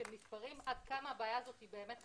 של מספרים עד כמה הבעיה הזאת באמת חמורה.